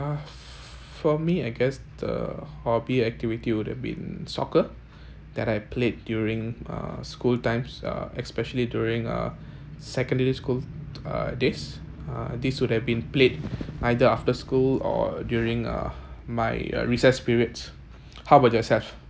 for me I guess the hobby activity would have been soccer that I played during uh school times uh especially during uh secondary school uh days uh this would have been played either after school or during uh my uh recess periods how about yourself